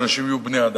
שאנשים יהיו בני-אדם,